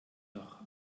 noch